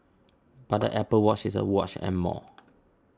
but the Apple Watch is a watch and more